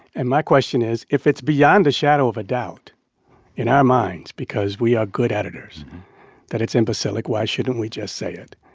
and my question is, if it's beyond a shadow of a doubt in our minds because we are good editors that it's imbecilic, why shouldn't we just say it?